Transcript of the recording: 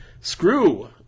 Screw